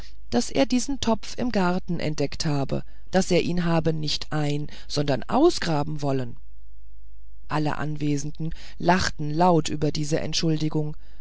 daß er diesen topf im garten entdeckt habe daß er ihn habe nicht ein sondern ausgraben wollen alle anwesenden lachten laut über diese entschuldigung